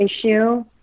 issue